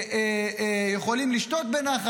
יכולים לשתות בנחת,